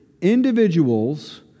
individuals